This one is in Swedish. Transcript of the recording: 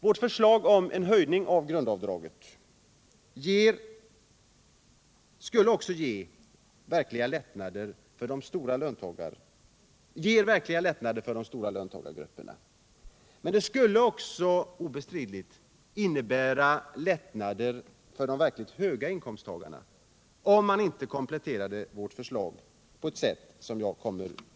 Vårt förslag om höjning av grundavdraget ger en verklig lättnad för de stora löntagargrupperna. Men det skulle också obestridligen innebära lättnader för de verkliga höginkomsttagarna om det inte kompletterades på det sätt som vi gör.